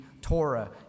Torah